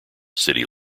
city